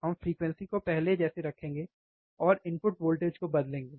हम फ्रीक्वेंसी को पहले जैसे रखेंगे और इनपुट वोल्टेज को बदलेंगे